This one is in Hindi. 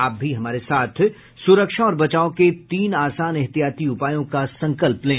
आप भी हमारे साथ सुरक्षा और बचाव के तीन आसान एहतियाती उपायों का संकल्प लें